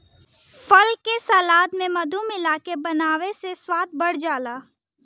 फल के सलाद में मधु मिलाके बनावे से स्वाद बढ़ जाला